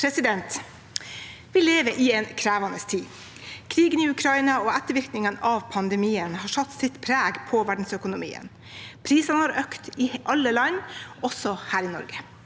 Vi lever i en krevende tid. Krigen i Ukraina og ettervirkningene av pandemien har satt sitt preg på verdensøkonomien. Prisene har økt i alle land, også her i Norge.